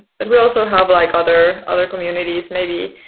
but we also have like other other communities, maybe